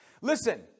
Listen